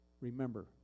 remember